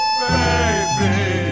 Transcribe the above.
baby